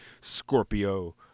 Scorpio-